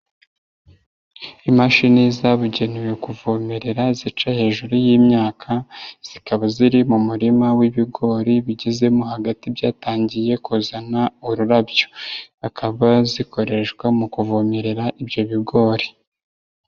IImashini zabugenewe kuvomerera zica hejuru y'imyaka, zikaba ziri mu murima w'ibigori bigezemo hagati byatangiye kuzana ururabyo. Akaba zikoreshwa mu kuvomerera ibyo bigori.